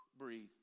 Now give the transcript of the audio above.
breathe